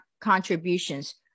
contributions